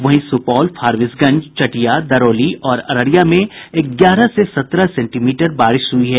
वहीं सुपौल फारबिसगंज चटिया दरौली और अररिया में ग्यारह से सत्रह सेंटीमीटर बारिश हुई है